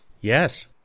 Yes